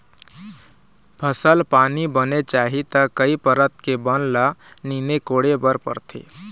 फसल पानी बने चाही त कई परत के बन ल नींदे कोड़े बर परथे